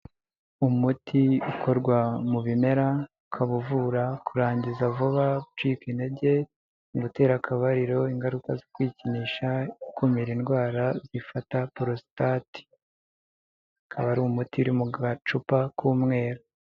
Umuti ukorwa mu bimera ukabavura kurangiza vuba, gucika intege, gutera akabariro, ingaruka zo kwikinisha, ikumira indwara zifata porositate, akaba ari umuti uri mu gacupa k'umweru.